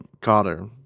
Cotter